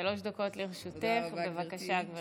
שלוש דקות לרשותך, בבקשה, גברתי.